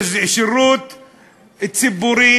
שידור ציבורי